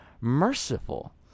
merciful